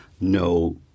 no